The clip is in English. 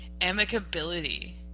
amicability